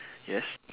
yes